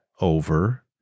over